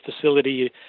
facility